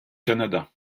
canada